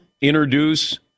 introduce